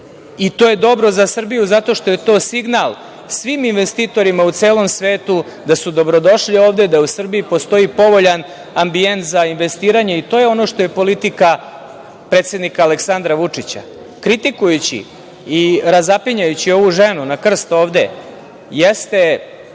i to je dobro za Srbiju zato što je to signal svim investitorima u celom svetu da su dobrodošli ovde, da u Srbiji postoji povoljan ambijent za investiranje i to je ono što je politika predsednika Aleksandra Vučića. Kritikujući i razapinjući ovu ženu na krst, ovde, jeste